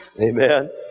Amen